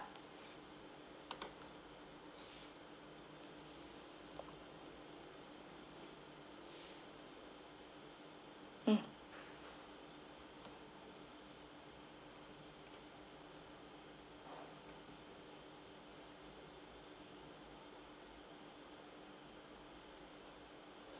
mm